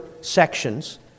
sections